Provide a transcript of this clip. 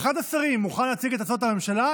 אחד השרים מוכן להציג את הצעת הממשלה?